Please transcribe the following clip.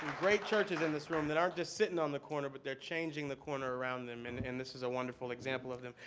great churches in this room that aren't just sitting on the corner, but they're changing the corner around them. and and this is a wonderful example of them.